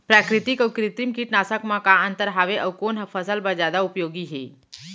प्राकृतिक अऊ कृत्रिम कीटनाशक मा का अन्तर हावे अऊ कोन ह फसल बर जादा उपयोगी हे?